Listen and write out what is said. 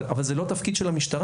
אבל זה לא התפקיד של המשטרה.